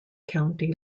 county